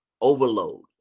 overload